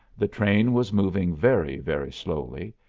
the train was moving very, very slowly,